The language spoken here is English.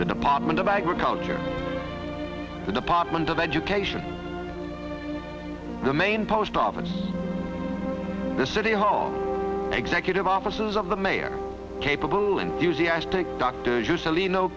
the department of agriculture the department of education the main post office the city hall executive offices of the mayor capable enthusiastic doctors usually no